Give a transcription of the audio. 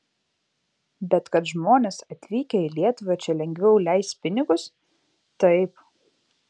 bet kad žmonės atvykę į lietuvą čia lengviau leis pinigus taip